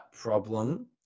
problem